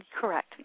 Correct